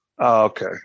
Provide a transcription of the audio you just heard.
Okay